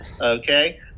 okay